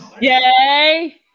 Yay